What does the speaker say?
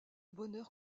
bonheur